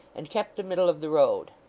and kept the middle of the road.